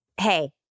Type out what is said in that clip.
hey